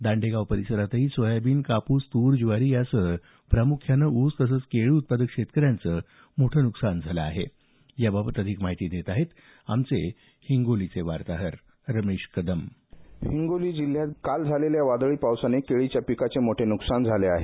दांडेगाव परिसरातही सोयाबीन कापूस तूर ज्वारी यासह प्रामुख्यानं ऊस तसंच केळी उत्पादक शेतकऱ्यांचं मोठं नुकसान झालं याबाबत अधिक माहिती देत आहेत आमचे हिंगोलीचे वार्ताहर रमेश कदम हिंगोली जिल्ह्यात काल झालेल्या वादळी पावसामुळे केळीचे मोठे नुकसान झाले आहे